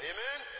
Amen